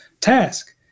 task